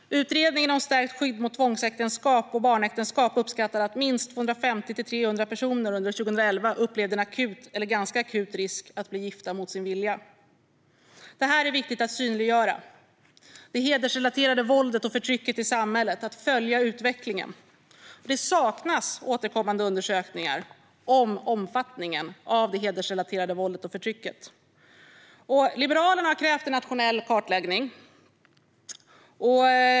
Utredningen om stärkt skydd mot tvångsäktenskap och barnäktenskap uppskattar att minst 250-300 personer under 2011 upplevde en akut eller ganska akut risk att bli gifta mot sin vilja. Det är viktigt att synliggöra det hedersrelaterade våldet och förtrycket i samhället och att följa utvecklingen. Det saknas återkommande undersökningar om omfattningen av det hedersrelaterade våldet och förtrycket. Liberalerna har krävt en nationell kartläggning.